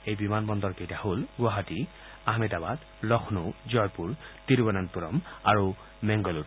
এই বিমানবন্দৰ কেইটা হল গুৱাহাটী আহমেদাবাদ লক্ষ্ণৌ জয়পুৰ তিৰুঅনন্তপূৰম আৰু মেংলুৰু